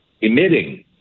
emitting